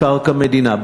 לקרקע מדינה,